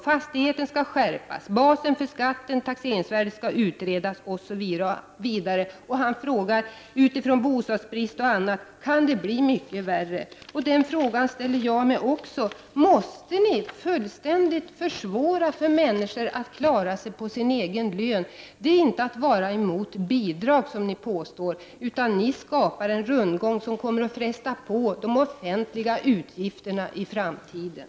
Fastighetsskatten skall skärpas, och basen för skatten och taxeringsvärdet skall utredas, osv. Han frågar utifrån bostadsbrist och annat: Kan det bli mycket värre? Den frågan ställer också jag mig. Måste ni fullständigt försvåra för människor att klara sig på sin egen lön? Det är inte att vara emot bidrag, som ni påstår, utan ni skapar en rundgång som kommer att fresta på de offentliga utgifterna i framtiden.